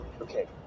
Okay